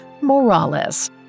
Morales